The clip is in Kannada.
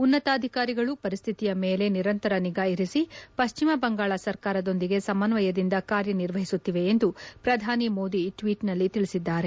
ಉನ್ನತಾಧಿಕಾರಿಗಳು ಪರಿಶ್ವಿತಿಯ ಮೇಲೆ ನಿರಂತರ ನಿಗಾ ಇರಿಸಿ ಪಶ್ವಿಮ ಬಂಗಾಳ ಸರ್ಕಾರದೊಂದಿಗೆ ಸಮನ್ನಯದಿಂದ ಕಾರ್ಯನಿರ್ವಹಿಸುತ್ತಿವೆ ಎಂದು ಪ್ರಧಾನಿ ಮೋದಿ ಟ್ನೀಟ್ನಲ್ಲಿ ತಿಳಿಸಿದ್ದಾರೆ